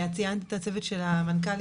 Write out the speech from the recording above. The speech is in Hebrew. את ציינת את הצוות של המנכ"לים,